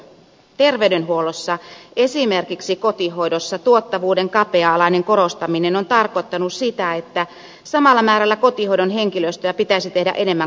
terveydenhuollossa esimerkiksi kotihoidossa tuottavuuden kapea alainen korostaminen on tarkoittanut sitä että samalla määrällä kotihoidon henkilöstöä pitäisi tehdä enemmän kotikäyntejä